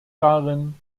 darin